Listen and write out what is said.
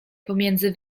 pomiędzy